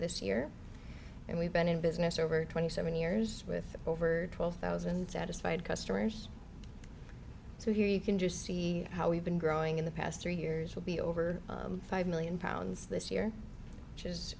this year and we've been in business over twenty seven years with over twelve thousand satisfied customers so you can just see how we've been growing in the past three years will be over five million pounds this year which is